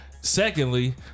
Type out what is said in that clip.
Secondly